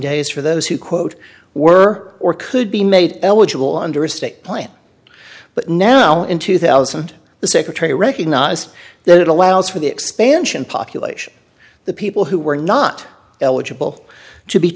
days for those who quote were or could be made eligible under a state plan but now in two thousand the secretary recognized that it allows for the expansion population the people who were not eligible to be